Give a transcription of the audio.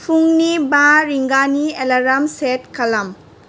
फुंनि बा रिंगानि एलाराम सेट खालाम